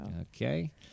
Okay